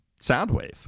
Soundwave